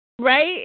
Right